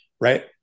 right